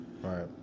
right